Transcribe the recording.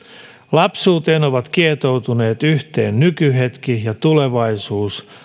lapsuuteen ovat kietoutuneina yhteen nykyhetki ja tulevaisuus